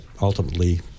ultimately